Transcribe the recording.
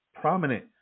prominent